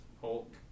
Hulk